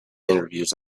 interviews